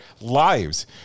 lives